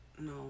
no